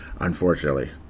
unfortunately